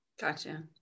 Gotcha